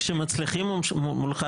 כשמצליחים מולך,